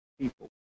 people